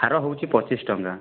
ହାର ହେଉଛି ପଚିଶି ଟଙ୍କା